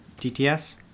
DTS